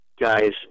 guys